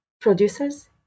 producers